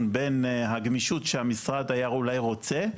בין הגמישות שהמשרד היה אולי רוצה,